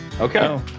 Okay